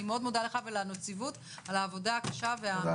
אני מאוד מודה לך ולנציבות על העבודה הקשה והמאומצת.